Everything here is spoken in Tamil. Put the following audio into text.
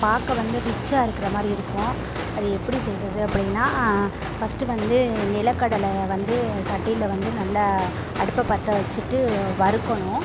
பார்க்க வந்து ரிச்சாக இருக்கிற மாதிரி இருக்கும் அது எப்படி செய்கிறது அப்படின்னா ஃபஸ்ட்டு வந்து நிலக்கடலையை வந்து சட்டியில் வந்து நல்லா அடுப்பை பற்ற வச்சுட்டு வறுக்கணும்